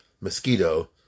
mosquito